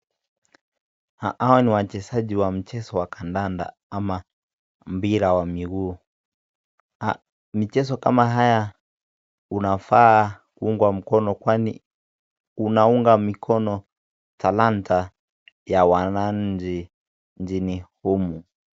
Hawa ni wachezaji wa mchezo wa kandanda ama mpira wa miguu. Michezo kama haya unafaa kuungwa mkono kwani unaunga mkono talanta ya mwananchi nchini humu.